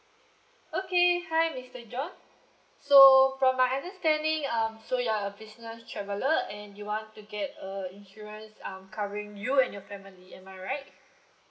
okay hi mister john so from my understanding um so you are a business traveller and you want to get a insurance um covering you and your family am I right